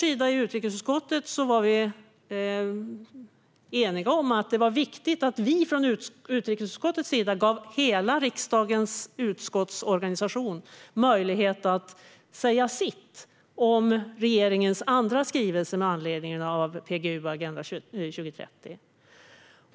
I utrikesutskottet var vi eniga om att det var viktigt att ge hela riksdagens utskottsorganisation möjlighet att säga sitt om regeringens andra skrivelse med anledning av PGU och Agenda 2030.